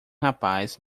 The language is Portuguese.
rapaz